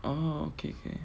oh okay okay